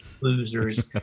Losers